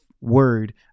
word